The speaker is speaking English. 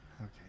Okay